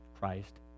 Christ